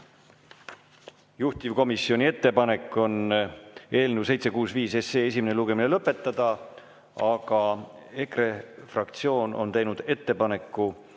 Juhtivkomisjoni ettepanek on eelnõu 765 esimene lugemine lõpetada. Aga EKRE fraktsioon on teinud ettepaneku